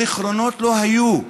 הזיכרונות לא היו.